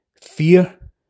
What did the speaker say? fear